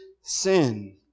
sin